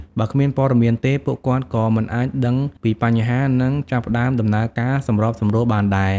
បើគ្មានព័ត៌មានទេ ពួកគាត់ក៏មិនអាចដឹងពីបញ្ហា និងចាប់ផ្ដើមដំណើរការសម្របសម្រួលបានដែរ។